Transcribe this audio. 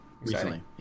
recently